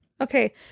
Okay